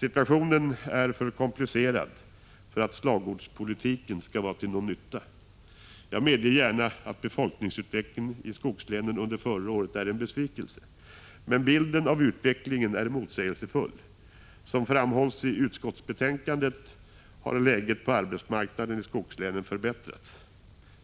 Situationen är för komplicerad för att slagordspolitiken skall vara till någon nytta. Jag medger gärna att befolkningsutvecklingen i skogslänen under förra året är en besvikelse. Men bilden av utvecklingen är motsägelsefull. Som framhålls i utskottsbetänkandet har läget på arbetsmarknaden i skogslänen förbättrats.